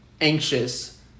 anxious